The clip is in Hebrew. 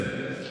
זהו,